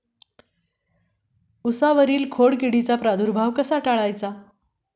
उसावर खोडकिडीचा प्रादुर्भाव कसा टाळायचा?